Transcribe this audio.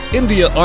India